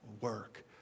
work